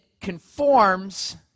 conforms